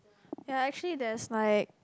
ya actually there is like